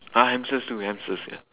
ah hamsters too hamsters ya